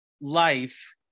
life